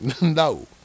No